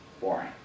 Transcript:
boring